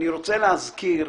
אני רוצה להזכיר,